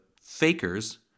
fakers